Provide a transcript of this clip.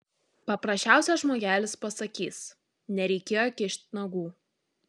paprasčiausias žmogelis pasakys nereikėjo kišt nagų